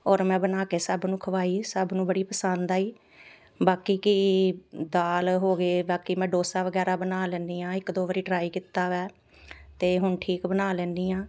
ਔਰ ਮੈਂ ਬਣਾ ਕੇ ਸਭ ਨੂੰ ਖਵਾਈ ਸਭ ਨੂੰ ਬੜੀ ਪਸੰਦ ਆਈ ਬਾਕੀ ਕੀ ਦਾਲ ਹੋ ਗਏ ਬਾਕੀ ਮੈਂ ਡੋਸਾ ਵਗੈਰਾ ਬਣਾ ਲੈਂਦੀ ਹਾਂ ਇੱਕ ਦੋ ਵਾਰੀ ਟਰਾਈ ਕੀਤਾ ਵੈ ਅਤੇ ਹੁਣ ਠੀਕ ਬਣਾ ਲੈਂਦੀ ਹਾਂ